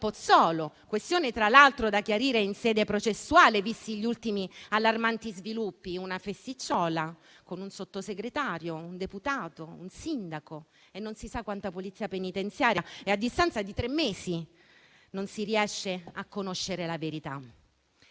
Pozzolo (una questione, tra l'altro, da chiarire in sede processuale, visti gli ultimi allarmanti sviluppi: una festicciola con un Sottosegretario, un deputato, un sindaco e non si sa quanta Polizia penitenziaria e, a distanza di tre mesi, non si riesce a conoscere la verità).